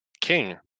King